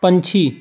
ਪੰਛੀ